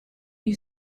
you